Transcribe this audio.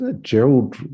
Gerald